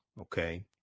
Okay